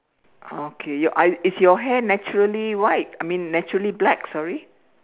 okay your eyes is your hair naturally white I mean naturally black sorry